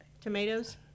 Tomatoes